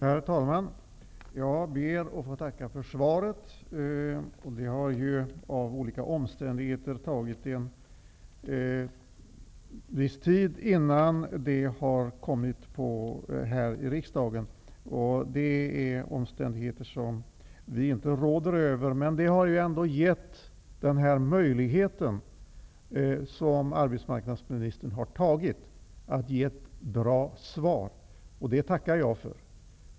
Herr talman! Jag ber att få tacka för svaret. Det har av olika omständigheter tagit en viss tid innan det har lämnats här i riksdagen. Det är omständigheter som vi inte råder över. Men det har ändå gett den möjlighet som arbetsmarknadsministern har tagit att ge ett bra svar, och det tackar jag för.